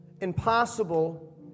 impossible